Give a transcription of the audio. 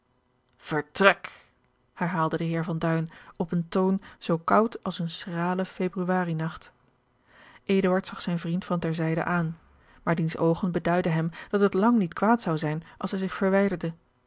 vertrek herhaalde de heer van duin op een toon zoo koud als een schrale februarijnacht eduard zag zijn vriend van ter zijde aan maar diens oogen beduidden hem dat het lang niet kwaad zou zijn als hij zich verwijderde